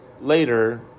later